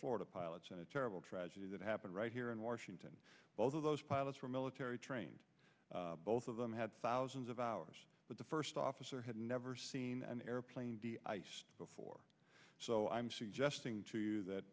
florida pilots and a terrible tragedy that happened right here in washington both of those pilots were military trained both of them had thousands of hours but the first officer had never seen an airplane before so i'm suggesting to you that